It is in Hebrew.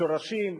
שורשים,